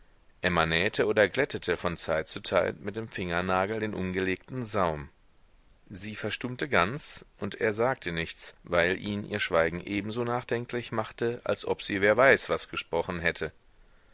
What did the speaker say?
emma nähte oder glättete von zeit zu zeit mit dem fingernagel den umgelegten saum sie verstummte ganz und er sagte nichts weil ihn ihr schweigen ebenso nachdenklich machte als ob sie wer weiß was gesprochen hätte